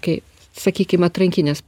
kai sakykim atrankinės